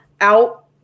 out